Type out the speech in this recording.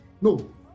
No